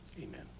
amen